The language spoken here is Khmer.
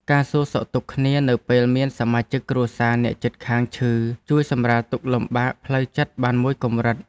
ការសួរសុខទុក្ខគ្នានៅពេលមានសមាជិកគ្រួសារអ្នកជិតខាងឈឺជួយសម្រាលទុក្ខលំបាកផ្លូវចិត្តបានមួយកម្រិត។